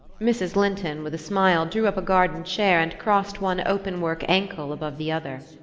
mrs. linton, with a smile, drew up a garden-chair and crossed one open-work ankle above the other.